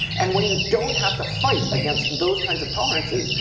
and when you don't have to fight against those kinds of tolerances,